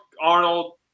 Arnold